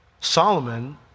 Solomon